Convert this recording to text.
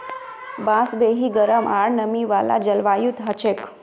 बांस बेसी गरम आर नमी वाला जलवायुत हछेक